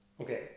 okay